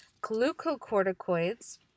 glucocorticoids